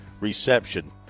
reception